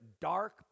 dark